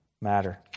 matter